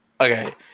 Okay